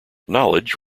knowledge